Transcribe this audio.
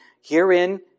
Herein